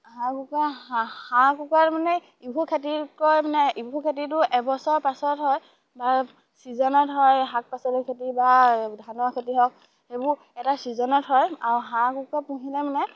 হাঁহ কুকুৰা হাঁহ হাঁহ কুকুৰা মানে ইবোৰ খেতিতকৈ মানে ইবোৰ খেতিটো এবছৰ পাছত হয় বা ছিজনত হয় শাক পাচলিৰ খেতি বা ধানৰ খেতি হওক সেইবোৰ এটা ছিজনত হয় আৰু হাঁহ কুকুৰা পুহিলে মানে